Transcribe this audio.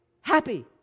Happy